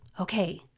Okay